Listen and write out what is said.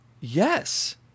Yes